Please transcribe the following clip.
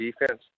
defense